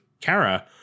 Kara